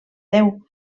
déu